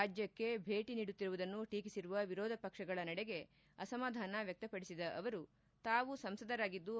ರಾಜ್ಯಕ್ಷೆ ಭೇಟಿ ನೀಡುತ್ತಿರುವುದನ್ನು ಟೀಕಿಸಿರುವ ವಿರೋಧ ಪಕ್ಷಗಳ ನಡೆಗೆ ಅಸಮಾಧಾನ ವ್ನಕ್ತಪಡಿಸಿದ ಅವರು ತಾವು ಸಂಸದರಾಗಿದ್ಲು